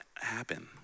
happen